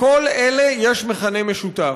לכל אלה יש מכנה משותף,